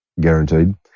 guaranteed